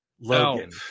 Logan